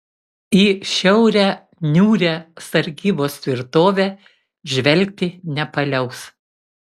į šiaurę niūrią sargybos tvirtovė žvelgti nepaliaus